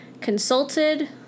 consulted